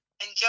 enjoy